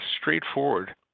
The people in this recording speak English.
straightforward